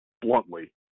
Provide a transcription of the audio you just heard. bluntly